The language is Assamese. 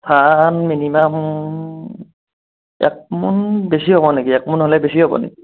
ধান মিনিমাম এক মোন বেছি হ'ব নেকি এক মোন হ'লে বেছি হ'ব নেকি